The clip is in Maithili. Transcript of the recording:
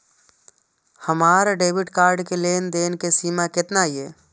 हमार डेबिट कार्ड के लेन देन के सीमा केतना ये?